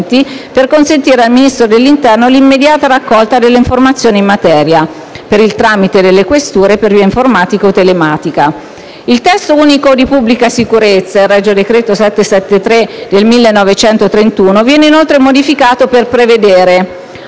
per consentire al Ministero dell'interno l'immediata raccolta delle informazioni in materia, per il tramite delle questure per via informatica o telematica. Il testo unico di pubblica sicurezza (regio decreto n. 773 del 1931) viene inoltre modificato per prevedere: